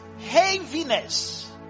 heaviness